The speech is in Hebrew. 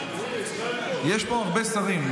יש פה הרבה שרים.